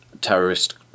terrorist